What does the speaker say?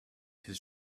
his